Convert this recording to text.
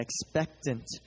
expectant